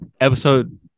episode